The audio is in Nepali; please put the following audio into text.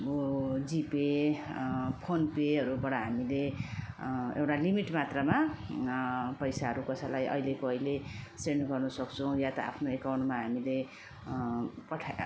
जिपे फोनपेहरूबाट हामीले एउटा लिमिट मात्रामा पैसाहरू कसैलाई अहिलेको अहिले सेन्ड गर्न सक्छौँ या त आफ्नो अकाउन्टमा हामीले पठा